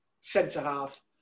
centre-half